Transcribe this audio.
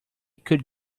could